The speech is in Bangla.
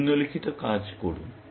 নিম্নলিখিত কাজ করুন